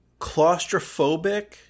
claustrophobic